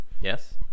Yes